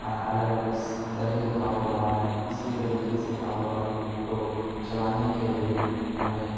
الگ الگ طرح کے کاروبار ہیں اسی طریقے سے کاروباری کو چلانے کے لیے ہمیں